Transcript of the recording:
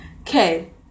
Okay